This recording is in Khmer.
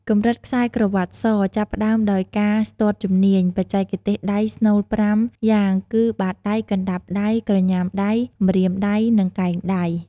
កម្រិតខ្សែក្រវ៉ាត់ស ចាប់ផ្តើមដោយការស្ទាត់ជំនាញ បច្ចេកទេសដៃស្នូលប្រាំយ៉ាងគឹ បាតដៃ កណ្តាប់ដៃ ក្រញាំដៃ ម្រាមដៃ និងកែងដៃ។